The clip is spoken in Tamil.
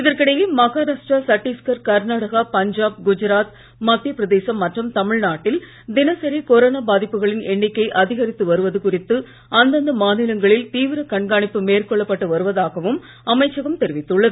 இதற்கிடையே மகாராஷ்டிரா சட்டீஸ்கர் கர்நாடகா பஞ்சாப் குஜராத் மத்திய பிரதேசம் மற்றும் தமிழ்நாட்டில் தினசரி கொரோனா பாதிப்புகளின் எண்ணிக்கை அதிகரித்து வருவது குறித்து அந்தந்த மாநிலங்களில் தீவிர கண்காணிப்பு மேற்கொள்ளப்பட்டு வருவதாகவும் அமைச்சகம் தெரிவித்துள்ளது